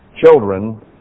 children